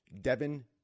Devin